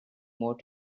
more